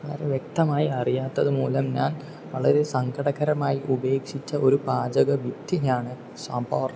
അത് വ്യക്തമായി അറിയാത്തത് മൂലം ഞാൻ വളരെ സങ്കടകരമായി ഉപേക്ഷിച്ച ഒരു പാചക വിദ്യയാണ് സാമ്പാർ